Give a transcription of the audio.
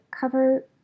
cover